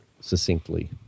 succinctly